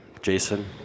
Jason